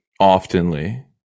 oftenly